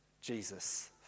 Jesus